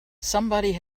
somebody